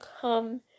come